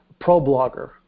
ProBlogger